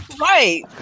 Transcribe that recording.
right